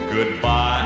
Goodbye